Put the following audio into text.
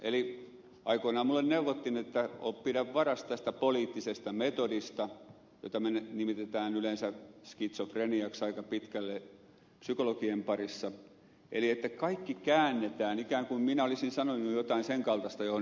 aikoinaan minulle neuvottiin että pidä varasi tästä poliittisesta metodista jota me nimitämme yleensä skitsofreniaksi aika pitkälle psykologien parissa eli että kaikki käännetään ikään kuin minä olisin sanonut jotain sen kaltaista johon ed